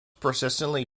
persistently